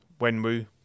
Wenwu